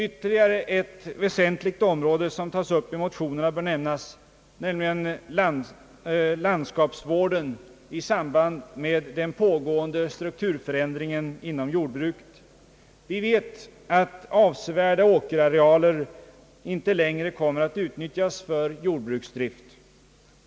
Ytterligare ett väsentligt område som tas upp i motionerna bör nämnas, nämligen landskapsvården i samband med den pågående strukturförändringen inom jordbruket. Vi vet att avsevärda åkerarealer inte längre kommer att utnyttjas för jordbruksdrift.